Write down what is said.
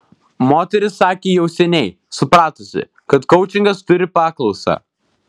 moteris sakė jau seniai supratusi kad koučingas turi paklausą